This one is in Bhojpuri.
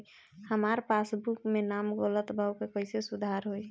हमार पासबुक मे नाम गलत बा ओके कैसे सुधार होई?